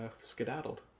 skedaddled